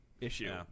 issue